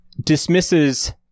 dismisses